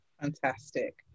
fantastic